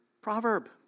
proverb